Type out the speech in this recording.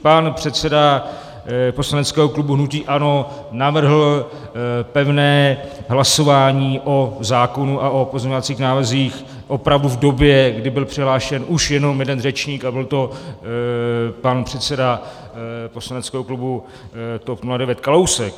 Pan předseda poslaneckého klubu hnutí ANO navrhl pevné hlasování o zákonu a o pozměňovacích návrzích opravdu v době, kdy byl přihlášen už jenom jeden řečník a byl to pan předseda poslaneckého klubu TOP 09 Kalousek.